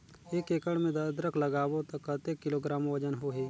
एक एकड़ मे अदरक लगाबो त कतेक किलोग्राम वजन होही?